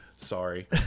sorry